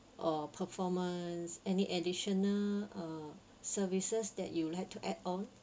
or performance any additional uh services that you would like to add on